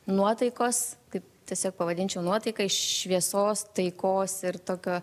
nuotaikos kaip tiesiog pavadinčiau nuotaika šviesos taikos ir tokio